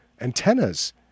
antennas